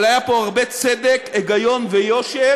אבל היה פה הרבה צדק, היגיון ויושר,